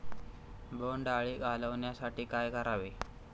बोंडअळी घालवण्यासाठी काय करावे?